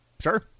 Sure